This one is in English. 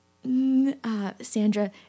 Sandra